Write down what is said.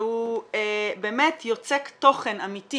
שהוא באמת יוצק תוכן אמיתי